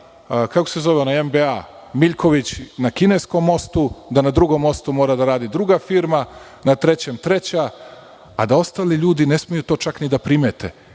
da mora da radi MBA Miljković na kineskom mostu, da na drugom mostu mora da radi druga firma, na trećem treća, a da ostali ljudi ne smeju to čak ni da primete.